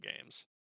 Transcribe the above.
games